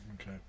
okay